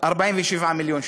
47 מיליון שקל.